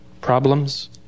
Problems